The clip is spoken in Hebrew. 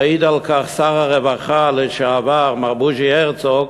יעיד על כך שר הרווחה לשעבר, מר בוז'י הרצוג,